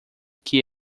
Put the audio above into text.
que